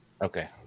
Okay